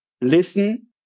Listen